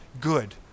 good